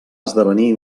esdevenir